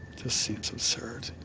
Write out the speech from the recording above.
seems absurd,